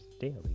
daily